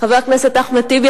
חבר הכנסת אחמד טיבי,